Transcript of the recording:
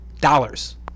Dollars